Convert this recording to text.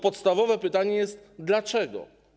Podstawowe pytanie jest: Dlaczego?